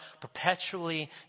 perpetually